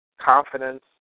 confidence